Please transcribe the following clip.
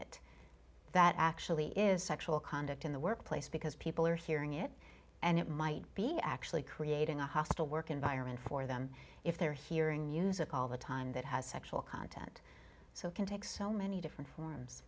it that actually is sexual conduct in the workplace because people are hearing it and it might be actually creating a hostile work environment for them if they're hearing music all the time that has sexual content so it can take so many different forms